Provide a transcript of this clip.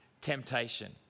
temptation